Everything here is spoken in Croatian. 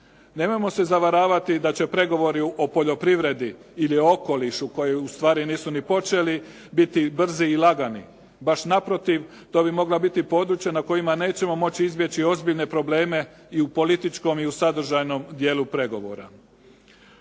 Nemojmo se zavaravati da će pregovori o poljoprivredi ili okolišu koji ustvari nisu ni počeli biti brzi i lagani. Baš naprotiv, to bi mogla biti područja na kojima nećemo moći izbjeći ozbiljne probleme i u političkom i u sadržajnom dijelu pregovora.